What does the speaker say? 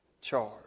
charge